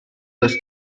los